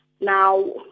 Now